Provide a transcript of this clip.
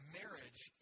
marriage